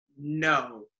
No